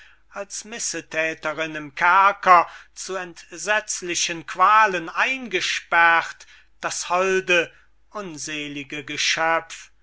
als missethäterinn im kerker zu entsetzlichen qualen eingesperrt das holde unselige geschöpf